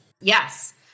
Yes